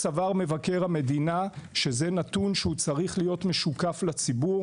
מבקר המדינה בהחלט סבר שזה נתון שהוא צריך להיות משוקף לציבור.